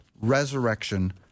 resurrection